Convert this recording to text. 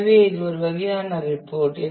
எனவே இது ஒரு வகையான ரிப்போர்ட்